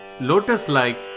lotus-like